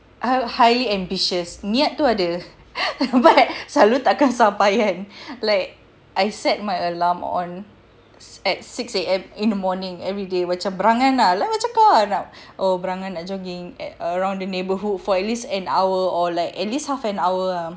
highly ambitious niat tu ada but selalu tak kesampaian like I set my alarm on at six A_M in the morning everyday macam berangan ah like macam kau nak oh berangan nak jogging at around the neighbourhood for at least an hour or like at least half an hour ah